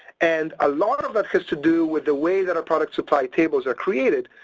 and a lot of that has to do with the way that our product supply tables are created,